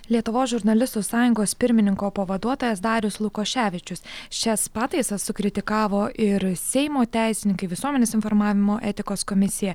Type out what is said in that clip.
lietuvos žurnalistų sąjungos pirmininko pavaduotojas darius lukoševičius šias pataisas sukritikavo ir seimo teisininkai visuomenės informavimo etikos komisija